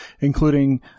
including